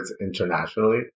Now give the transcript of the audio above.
internationally